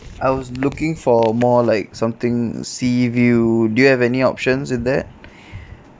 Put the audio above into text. I was looking for more like something sea view do you have any options in that